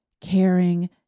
caring